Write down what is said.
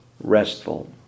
restful